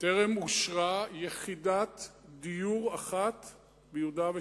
טרם אושרה יחידת דיור אחת ביהודה ושומרון.